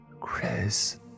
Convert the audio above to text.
Chris